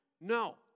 No